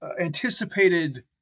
anticipated